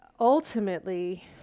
Ultimately